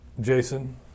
Jason